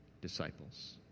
disciples